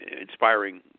inspiring